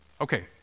Okay